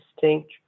distinct